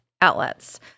outlets